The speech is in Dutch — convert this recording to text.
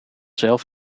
zelf